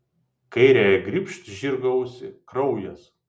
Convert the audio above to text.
kairiąja grybšt žirgo ausį kraujas